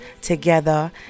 together